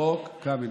חוק קמיניץ,